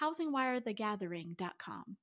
housingwirethegathering.com